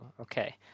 Okay